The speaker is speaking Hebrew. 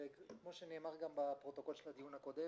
וכמו שנאמר גם בפרוטוקול של הדיון הקודם,